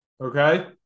Okay